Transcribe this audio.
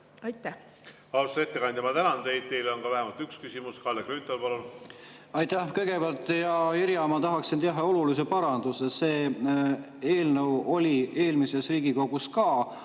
palun! Austatud ettekandja, ma tänan teid! Teile on vähemalt üks küsimus. Kalle Grünthal, palun! Aitäh! Kõigepealt, hea Irja, ma tahaksin teha olulise paranduse: see eelnõu oli eelmises Riigikogus ka,